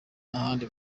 n’ahandi